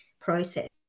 process